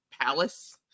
palace